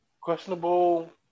questionable